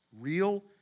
real